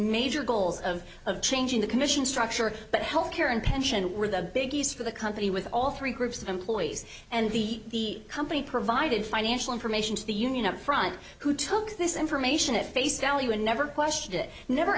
major goals of of changing the commission structure but health care and pension were the biggies for the company with all three groups of employees and the company provided financial information to the union up front who took this information at face value and never questioned it never